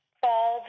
fall